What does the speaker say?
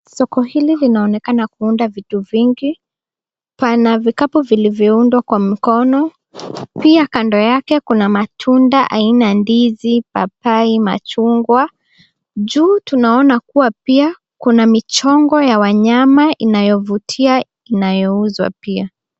Soko hili linaonekana kuunda vitu vingi. Pana vikapu vilivyoundwa kwa mikono pia kando yake kuna matunda aina ya ndizi, papzi, machungwa. Juu tunaona pia kuwa kuna michongo ya wanyama inayo vutia inayouzwa pia .